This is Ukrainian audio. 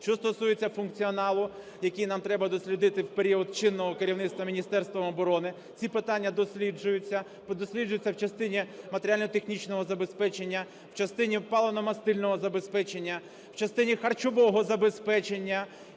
Що стосується функціоналу, який нам треба дослідити в період чинного керівництва Міністерством оборони, ці питання досліджуються. Досліджуються в частині матеріально-технічного забезпечення, в частині паливно-мастильного забезпечення, в частині харчового забезпечення.